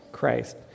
Christ